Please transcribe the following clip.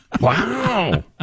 Wow